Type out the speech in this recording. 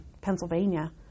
Pennsylvania